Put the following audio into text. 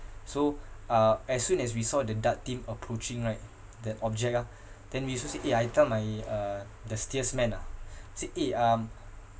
so uh as soon as we saw the DART team approaching right that object ah then we also said eh I tell my uh the steersman ah I said eh um